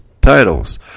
titles